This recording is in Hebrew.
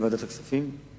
להעביר את הנושא לוועדת הכספים,